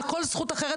על כל זכות אחרת,